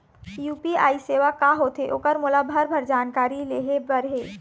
UPI सेवा का होथे ओकर मोला भरभर जानकारी लेहे बर हे?